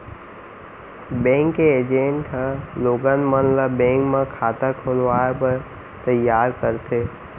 bank के agent ह लोगन मन ल बेंक म खाता खोलवाए बर तइयार करथे